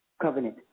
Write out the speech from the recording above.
covenant